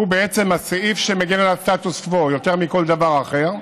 שהוא בעצם הסעיף שמגן על הסטטוס קוו יותר מכל דבר אחר,